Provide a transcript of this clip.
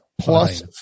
plus